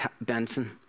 Benson